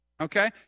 okay